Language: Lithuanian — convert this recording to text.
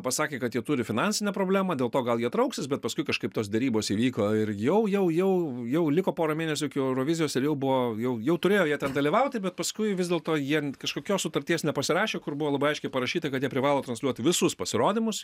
pasakė kad jie turi finansinę problemą dėl to gal jie trauksis bet paskui kažkaip tos derybos įvyko ir jau jau jau jau liko pora mėnesių iki eurovizijos ir jau buvo jau jau turėjo jie ten dalyvauti bet paskui vis dėlto jie kažkokios sutarties nepasirašė kur buvo labai aiškiai parašyta kad jie privalo transliuoti visus pasirodymus